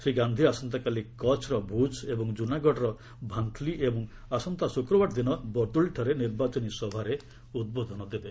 ଶ୍ରୀ ଗାନ୍ଧି ଆସନ୍ତାକାଲି କଛ୍ର ଭୁଜ୍ ଏବଂ ଜୁନାଗଡ଼ର ଭାନୁଲିଏବଂ ଆସନ୍ତା ଶୁକ୍ରବାର ଦିନ ବର୍ଦୋଳିଠାରେ ନିର୍ବାଚନୀ ସଭାରେ ଉଦ୍ବୋଧନ ଦେବେ